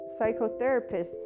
psychotherapists